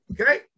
okay